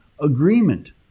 agreement